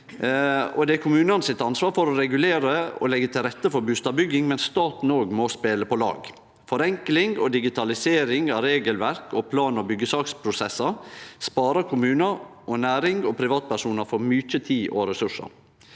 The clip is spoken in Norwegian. Det er kommunane sitt ansvar å regulere og leggje til rette for bustadbygging, men staten må spele på lag. Forenkling og digitalisering av regelverk og plan- og byggjesaksprosessar sparer kommunar, næring og privatpersonar for mykje tid og ressursar.